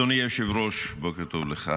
אדוני היושב-ראש, בוקר טוב לך.